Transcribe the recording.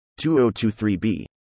2023b